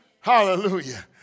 Hallelujah